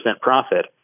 profit